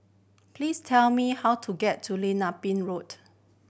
please tell me how to get to Lim Ah Pin Road